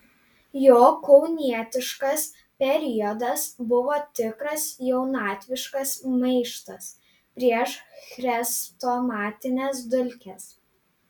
jo kaunietiškas periodas buvo tikras jaunatviškas maištas prieš chrestomatines dulkes